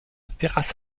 terrasse